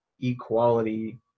equality